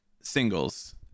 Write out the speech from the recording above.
singles